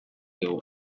digu